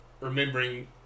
remembering